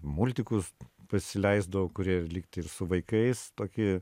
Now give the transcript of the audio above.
multikus pasileisdavau kurie ir lygtai ir su vaikais tokie